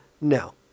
No